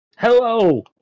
Hello